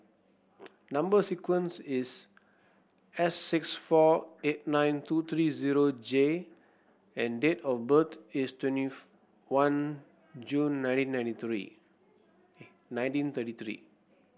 number sequence is S six four eight nine two three zero J and date of birth is twenty one June nineteen ninety three nineteen thirty three